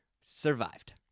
survived